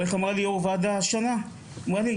יו"ר הוועדה אמרה לי,